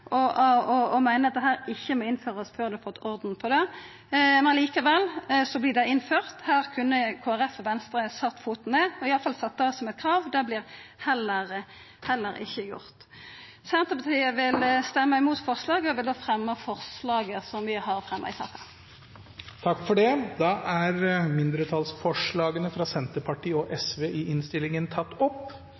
og meiner at dette ikkje må innførast før ein har fått orden på det. Men likevel vert det innført. Her kunne Kristelig Folkeparti og Venstre sett foten ned og i alle fall sett det som eit krav. Men dette vert heller ikkje gjort. Senterpartiet vil stemma imot forslaget og ta opp forslaga som vi har fremja saman med SV i